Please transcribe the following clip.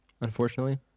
unfortunately